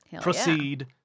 Proceed